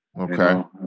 Okay